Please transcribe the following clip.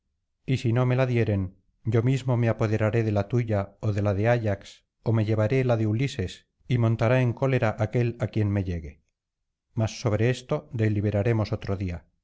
y si no me la dieren yo mismo me apoderaré de la tuya ó de la de ayax ó me llevaré la de ulises y montará en cólera aquel á quien me llegue mas sobre esto deliberaremos otro día